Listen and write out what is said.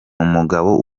umugabo